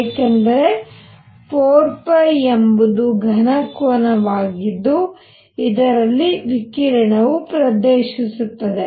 ಏಕೆಂದರೆ 4π ಎಂಬುದು ಘನ ಕೋನವಾಗಿದ್ದು ಇದರಲ್ಲಿ ವಿಕಿರಣವು ಪ್ರವೇಶಿಸುತ್ತದೆ